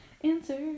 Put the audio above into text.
Answer